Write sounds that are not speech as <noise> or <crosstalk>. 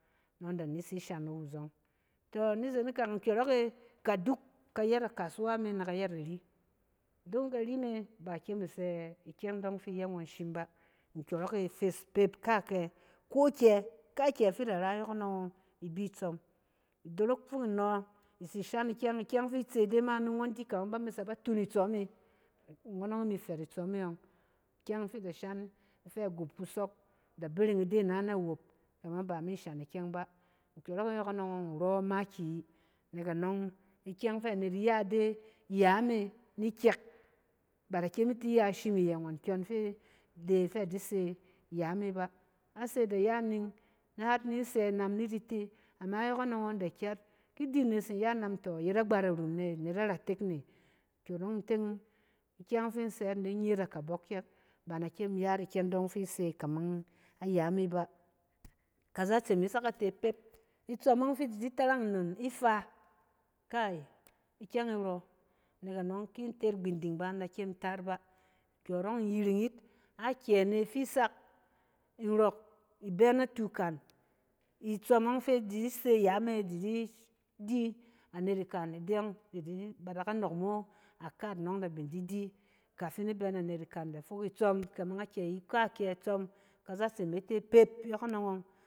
Nɔng da na tsi shan iwu zɔng. Tɔ!, ni zeng ikak nkyɔrɔk e kaduk ayɛt amasawa me na kayɛt ari, dong kari me i kyem i sɛ ikyɛng dɔng fɛ iyɛ ngɔn shim bá, nkyɔrɔng e fes pet kakye, kokye, kakye fɛ i da ra yɔkɔnɔng ɔng i bi tsɔm, i dorok fok i no i shan ikyɛng, ikyɛng fi i tse de ma ngɔn di kama ba tung itsɔm e, ngɔn ɔng mi fɛt itsɔm e. Ikyɛng fi i da shan ifɛ agup kusɔk, da bereng ide ana nawop, kama ba i mi shan ikyɛng bá, nkyɔrɔng e yɔkɔnɔng ɔng in rɔ makiy. Nɛk anɔng. ikyɛng fɛ anet ya ide yame ni kyɛk, ba da kyem i ti ya ishim iyɛ ngɔn kƴɔn tɛ fɛ a di se yame bá. A se i da ya ning, har ni sɛ inam ni di te, ama yɔkɔnɔng ɔng da ker, ki i di anet tsin ya inam yɔkɔnɔng ɔng tɔ a yet arum ne, anet aratek ne. Kyɔrɔng in teng, ikyɛng fi in sɛ yit in nye yit akabɔk ke, ba na kyem in ya yit ikyɛng dɔng fi se kamar ayame bá. Kazatse me tse ka te pet, itsɔm ɔng fi i di ki tarang nnon ifa, kai, ikyɛng e rɔ, nɛk anɔng, ki in te yit gbinging ba in da ta yit bá. Kyɔrɔng in yiring yit, akyɛ na fi isak, nrɔk i bɛ natu kan, itsɔm ɔng i di se yame, di di <hesitation> di anet ikan e, de yɔng ba da ka nɔɔk mo akat nɔng da bin di di kafin di bɛ na anet ikan, da fok itsɔm kamar akyɛ yi, kakye itsɔm, kazatse me te pet yɔkɔnɔng ɔng.